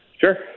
Sure